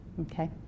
okay